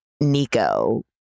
nico